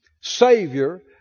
savior